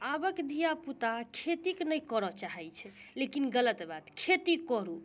आबक धियापुता खेतीके नहि करऽ चाहै छै लेकिन गलत बात खेती करू